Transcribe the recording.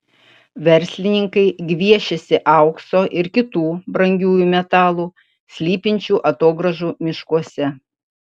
verslininkai gviešiasi aukso ir kitų brangiųjų metalų slypinčių atogrąžų miškuose